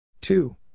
Two